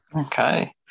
Okay